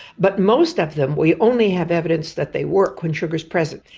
but most of them we only have evidence that they work when sugar is present.